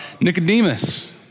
Nicodemus